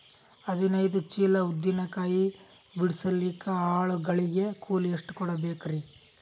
ಹದಿನೈದು ಚೀಲ ಉದ್ದಿನ ಕಾಯಿ ಬಿಡಸಲಿಕ ಆಳು ಗಳಿಗೆ ಕೂಲಿ ಎಷ್ಟು ಕೂಡಬೆಕರೀ?